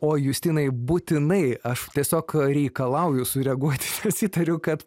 o justinai būtinai aš tiesiog reikalauju sureaguoti nes įtariu kad